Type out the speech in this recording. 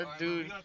dude